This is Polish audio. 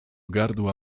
gardła